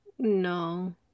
No